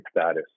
status